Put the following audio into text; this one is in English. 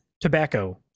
tobacco